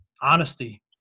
honesty